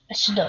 אשדוד.